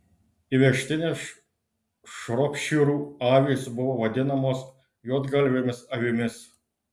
įvežtinės šropšyrų avys buvo vadinamos juodgalvėmis avimis